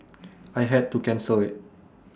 I had to cancel IT